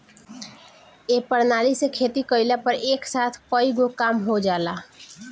ए प्रणाली से खेती कइला पर एक साथ कईगो काम हो जाला